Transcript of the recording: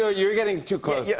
ah you're getting too close yeah